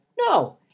No